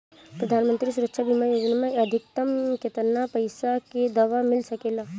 प्रधानमंत्री सुरक्षा बीमा योजना मे अधिक्तम केतना पइसा के दवा मिल सके ला?